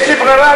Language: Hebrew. יש לי ברירה?